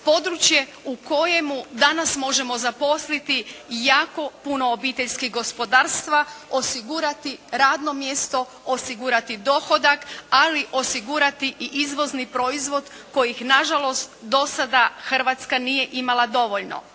područje u kojemu danas možemo zaposliti jako puno obiteljskih gospodarstva, osigurati radno mjesto, osigurati dohodak, ali osigurati i izvozni proizvod kojih na žalost do sada Hrvatska nije imala dovoljno.